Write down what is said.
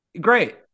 Great